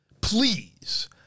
Please